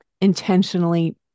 intentionally